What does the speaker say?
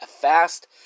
fast